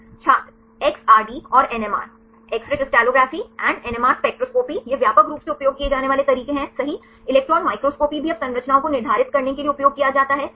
छात्र एक्सआरडी और NMR X ray crystallography और एनएमआर स्पेक्ट्रोस्कोपी ये व्यापक रूप से उपयोग किए जाने वाले तरीके हैं सही इलेक्ट्रॉन माइक्रोस्कोपी भी अब संरचनाओं को निर्धारित करने के लिए उपयोग किया जाता है सही